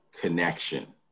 connection